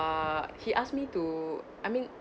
uh he asked me to I mean